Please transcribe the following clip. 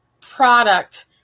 product